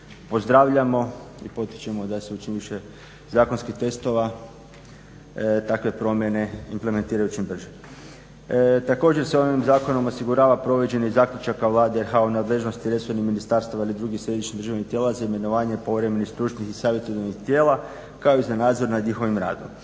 pozdravljamo i potičemo da se …/Govornik se ne razumije./… zakonskih tekstova takve promjene implementiraju čim brže. Također se ovim zakonom osigurava provođenje zaključaka Vlade RH o nadležnosti resornih ministarstava ili drugih središnjih državnih tijela za imenovanje povremenih, stručnih i savjetodavnih tijela. Kao i za nadzor nad njihovim radom.